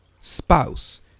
spouse